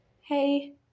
hey